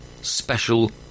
special